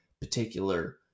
particular